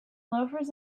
loafers